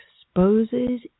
exposes